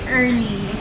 early